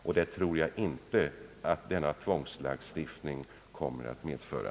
En sådan tror jag inte denna tvångslagstiftning kommer att medföra.